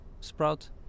sprout